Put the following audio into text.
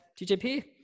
TJP